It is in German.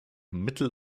mittel